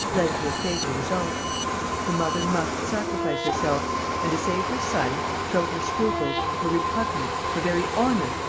led to a fatal result the mother must sacrifice herself and, to save her son, throw her scruples, her repugnance, her very honour,